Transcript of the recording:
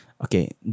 Okay